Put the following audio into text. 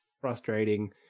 frustrating